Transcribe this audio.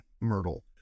Myrtle